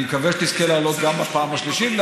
אני מקווה שתזכה להעלות גם בפעם השלישית.